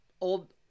old –